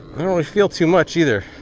i don't really feel too much either.